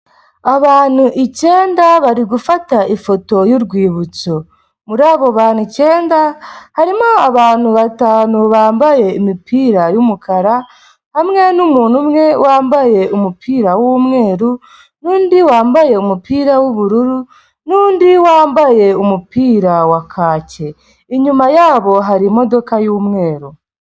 Abantu icyenda bari gufata ifoto y'urwibutso muri abo bantu icyenda harimo abantu batanu bambaye imipira yumukara hamwe numuntu umwe wambaye umupira wumweru nundi wambaye umupira w'ubururu nundi wambaye umupira wa kake inyuma yabo hari imodoka y'umweru.